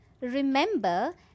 remember